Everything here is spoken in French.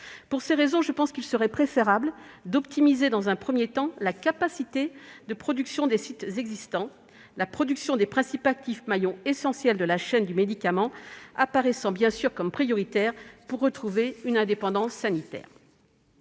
Pour ces raisons, je pense qu'il serait préférable, dans un premier temps, d'optimiser la capacité de production des sites existants, la production des principes actifs, maillons essentiels de la chaîne du médicament, apparaissant bien sûr prioritaire pour retrouver une indépendance sanitaire.